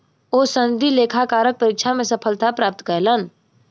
ओ सनदी लेखाकारक परीक्षा मे सफलता प्राप्त कयलैन